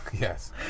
Yes